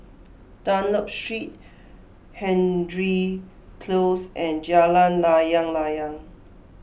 Dunlop Street Hendry Close and Jalan Layang Layang